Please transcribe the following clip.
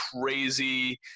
crazy